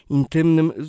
intymnym